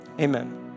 Amen